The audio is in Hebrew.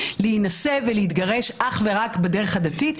להינשא ולהתגרש אך ורק בדרך הדתית,